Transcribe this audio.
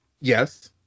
Yes